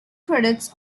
credits